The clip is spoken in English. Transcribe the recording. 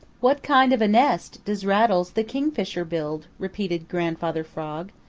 what kind of a nest does rattles the kingfisher build? repeated grandfather frog.